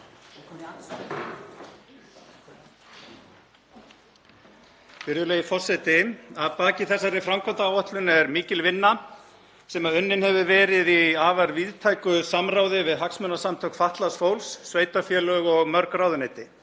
Virðulegi forseti. Að baki þessari framkvæmdaáætlun er mikil vinna sem unnin hefur verið í afar víðtæku samráði við hagsmunasamtök fatlaðs fólks, sveitarfélög og mörg ráðuneyti.